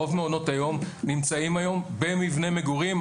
רוב מעונות היום נמצאים היום במבני מגורים.